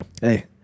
Hey